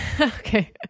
okay